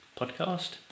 podcast